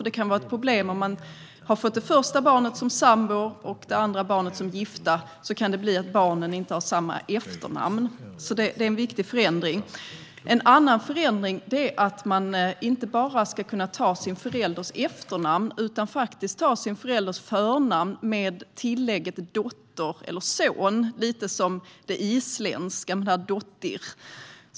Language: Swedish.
Det kan vara ett problem om ett par har fått det första barnet som sambor och det andra som gifta. Då kan det bli så att barnen inte har samma efternamn. Det är alltså en viktig förändring. En annan förändring är att man inte bara ska kunna ta sin förälders efternamn utan även sin förälders förnamn med tillägget dotter eller son, lite grann som gäller med isländska namn med dottir.